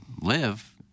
Live